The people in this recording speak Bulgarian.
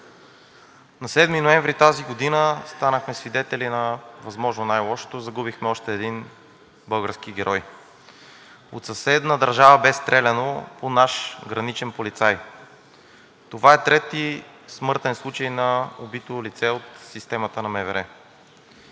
на 7 ноември тази година станахме свидетели на възможно най-лошото – загубихме още един български герой. От съседна държава бе стреляно по наш граничен полицай. Това е трети смъртен случай на убито лице от системата на МВР.